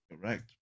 Correct